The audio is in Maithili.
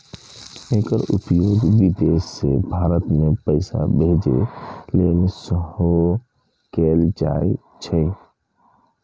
एकर उपयोग विदेश सं भारत मे पैसा भेजै लेल सेहो कैल जाइ छै